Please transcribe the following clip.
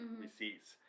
receipts